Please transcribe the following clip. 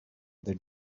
other